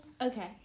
Okay